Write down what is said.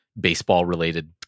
baseball-related